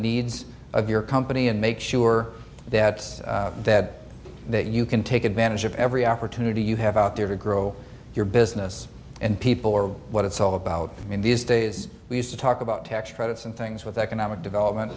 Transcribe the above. needs of your company and make sure that it's dead that you can take advantage of every opportunity you have out there to grow your business and people are what it's all about in these days we used to talk about tax credits and things with economic development